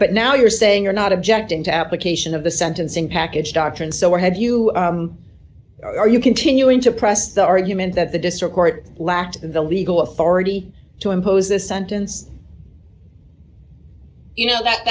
but now you're saying you're not objecting to application of the sentencing package doctrine so where have you or are you continuing to press the argument that the district court lacked the legal authority to impose a sentence you know that